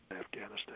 Afghanistan